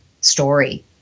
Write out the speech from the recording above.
story